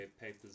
papers